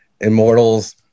immortals